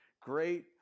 great